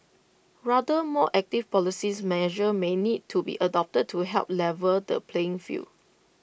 rather more active policies measures may need to be adopted to help level the playing field